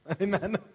Amen